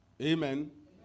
Amen